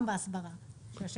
גם בהסדרה.